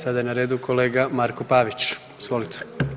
Sada je na redu kolega Marko Pavić, izvolite.